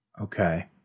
Okay